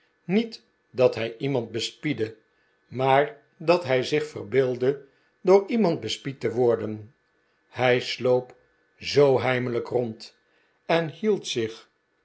niet dat hij iemand bespiedde maar dat hij zich verbeeldde door iemand bespied te worden hij sloop zoo heimelijk rond en hield zich